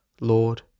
Lord